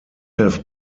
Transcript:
have